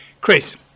Chris